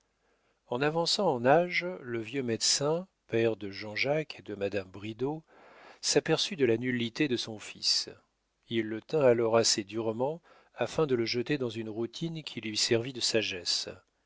en avançant en âge le vieux médecin père de jean-jacques et de madame bridau s'aperçut de la nullité de son fils il le tint alors assez durement afin de le jeter dans une routine qui lui servît de sagesse